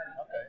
Okay